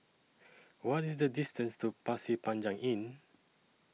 What IS The distance to Pasir Panjang Inn